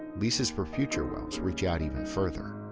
leases for future wells reach out even further.